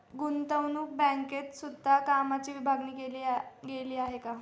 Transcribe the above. गुतंवणूक बँकेत सुद्धा कामाची विभागणी केली गेली आहे